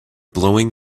blowing